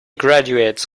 graduates